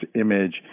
image